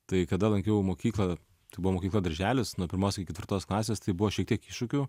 tai kada lankiau mokyklą tai buvo mokykla darželis nuo pirmos iki ketvirtos klasės tai buvo šiek tiek iššūkių